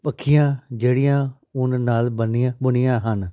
ਪੱਖੀਆਂ ਜਿਹੜੀਆਂ ਉੱਨ ਨਾਲ ਬੰਨੀਆ ਬੁਣੀਆਂ ਹਨ